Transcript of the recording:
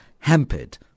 hampered